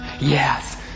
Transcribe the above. Yes